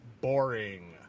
boring